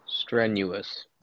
strenuous